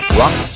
rock